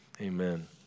Amen